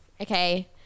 Okay